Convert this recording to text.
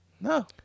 No